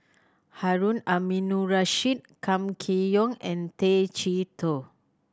Harun Aminurrashid Kam Kee Yong and Tay Chee Toh